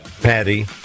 Patty